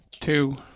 two